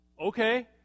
Okay